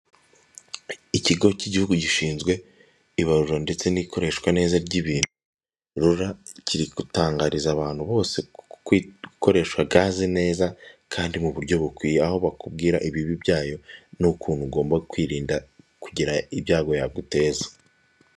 Ishusho igaragaza ibiro biberamo, ibiro biberamo ihererekanya, ibiro birafunguye imbere yabyo hari umuntu usa nuri gusohokamo biseze amabara y'icyapa cyerekana kiri mu mabara y'umuhondo.